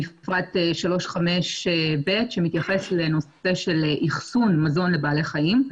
מפרט 35(ב) שמתייחס לנושא של אחסון מזון לבעלי חיים.